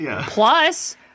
Plus